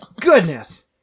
Goodness